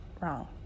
wrong